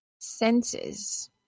senses